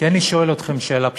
כי אני שואל אתכם שאלה פשוטה: